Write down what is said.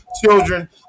children